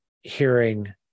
hearing